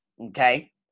okay